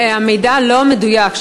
המידע לא מדויק,